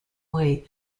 way